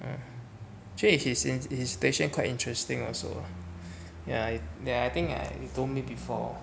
uh actually he his situation is quite interesting also ya that I think I you told me before